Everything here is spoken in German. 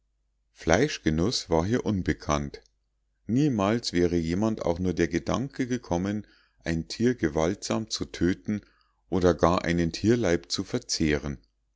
fleischgenuß war hier unbekannt niemals wäre jemand auch nur der gedanke gekommen ein tier gewaltsam zu töten oder gar einen tierleib zu verzehren